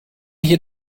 hier